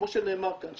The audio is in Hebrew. כמו שנאמר כאן,